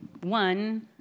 one